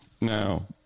Now